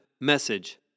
Message